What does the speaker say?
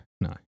no